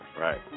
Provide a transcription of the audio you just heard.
Right